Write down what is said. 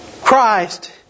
Christ